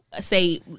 Say